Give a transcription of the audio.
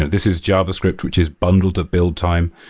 this is javascript, which has bundled a build time.